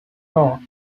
know